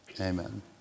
Amen